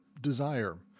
desire